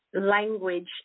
language